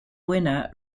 winner